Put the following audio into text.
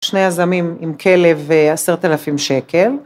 שני יזמים עם כלב ועשרת אלפים שקל.